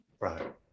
Right